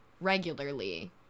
regularly